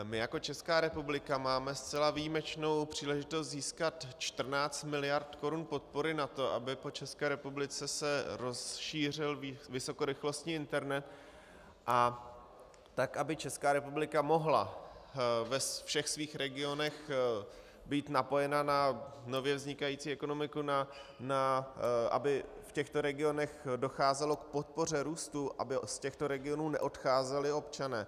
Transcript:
My jako Česká republika máme zcela výjimečnou příležitost získat 14 mld. korun podpory na to, aby se po České republice rozšířil vysokorychlostní internet, tak aby Česká republika mohla ve všech svých regionech být napojena na nově vznikající ekonomiku, aby v těchto regionech docházelo k podpoře růstu, aby z těchto regionů neodcházeli občané.